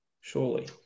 surely